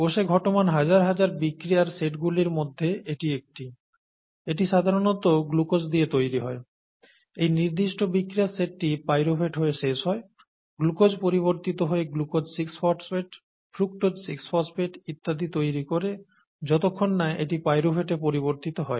কোষে ঘটমান হাজার হাজার বিক্রিয়ার সেটগুলির মধ্যে এটি একটি এটি সাধারণত গ্লুকোজ দিয়ে শুরু হয় এই নির্দিষ্ট বিক্রিয়ার সেটটি পাইরুভেট হয়ে শেষ হয় গ্লুকোজ পরিবর্তিত হয়ে glucose six phosphate fructose six phosphate ইত্যাদি তৈরি করে যতক্ষণ না এটি পাইরুভেটে পরিবর্তিত হয়